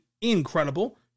incredible